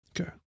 Okay